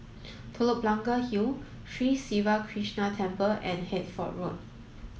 Telok Blangah Hill Sri Siva Krishna Temple and Hertford Road